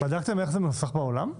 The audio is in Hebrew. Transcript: בדקתם איך זה מנוסח בעולם?